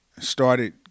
started